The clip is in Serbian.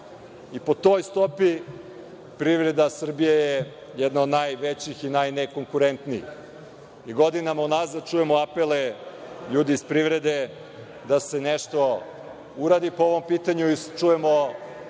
Po toj stopi, privreda Srbije je jedna od najvećih i najnekonkurentnijih. Godinama unazad čujemo apele ljudi iz privrede da se nešto uradi po ovom pitanju i čujemo